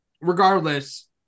Regardless